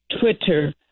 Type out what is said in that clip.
Twitter